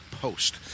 post